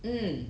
mm